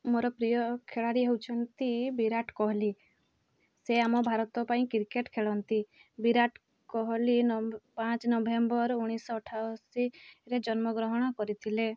ମୋର ପ୍ରିୟ ଖେଳାଳି ହଉଛନ୍ତି ବିରାଟ କୋହଲି ସେ ଆମ ଭାରତ ପାଇଁ କ୍ରିକେଟ୍ ଖେଳନ୍ତି ବିରାଟ କୋହଲି ପାଞ୍ଚ ନଭେମ୍ବର ଉଣେଇଶିଶହ ଅଠାଅଶୀରେ ଜନ୍ମଗ୍ରହଣ କରିଥିଲେ